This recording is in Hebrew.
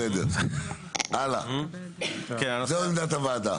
הלאה, זו עמדת הוועדה.